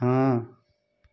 हाँ